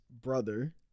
brother